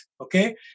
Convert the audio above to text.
Okay